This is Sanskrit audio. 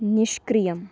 निष्क्रियम्